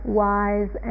wise